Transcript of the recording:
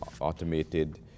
automated